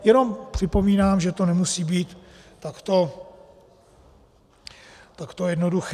Jenom připomínám, že to nemusí být takto jednoduché.